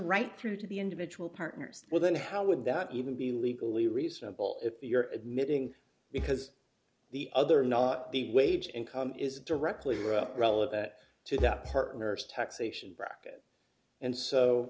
through to the individual partners well then how would that even be legally reasonable if you're admitting because the other not the wage income is directly relevant to the nurse taxation bracket and so